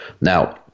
Now